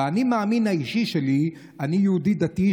באני-מאמין האישי שלי אני יהודי דתי,